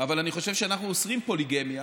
אבל אני חושב שאנחנו אוסרים פוליגמיה,